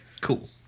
Cool